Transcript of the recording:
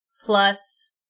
plus